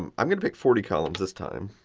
um i'm going to pick forty columns this time.